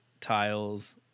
tiles